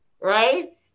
right